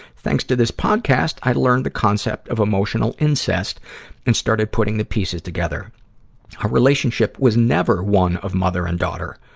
thanks to this podcast, i learned the concept of emotional incest and started putting pieces together. our relationship was never one of mother and daughter.